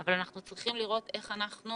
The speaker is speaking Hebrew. אבל אנחנו צריכים לראות איך אנחנו